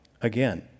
Again